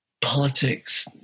politics